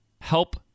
help